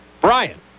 Brian